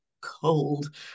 cold